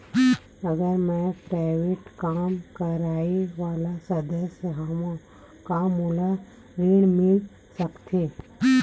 अगर मैं प्राइवेट काम करइया वाला सदस्य हावव का मोला ऋण मिल सकथे?